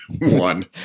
one